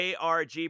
ARG